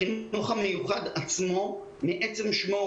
יש ילדים בחינוך המיוחד שהם במצב בריאותי לא כל כך טוב,